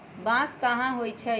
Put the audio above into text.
बांस कहाँ होई छई